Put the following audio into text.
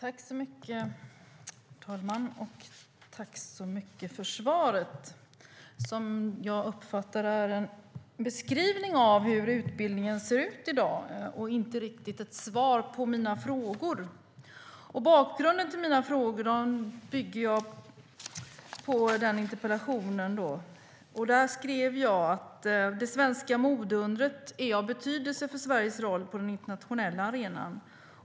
Herr talman! Tack, ministern, för svaret, som jag uppfattar som en beskrivning av hur utbildningen ser ut i dag och inte riktigt ett svar på mina frågor. Bakgrunden till mina frågor framgår av interpellationen. Där skrev jag: "Det svenska modeundret är av betydelse för Sveriges roll på den internationella arenan.